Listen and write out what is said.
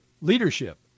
leadership